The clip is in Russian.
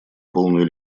полную